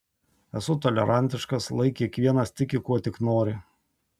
esu tolerantiškas lai kiekvienas tiki kuo tik nori